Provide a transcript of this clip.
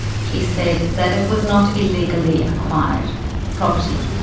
he said, that it was not illegally acquired property.